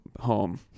home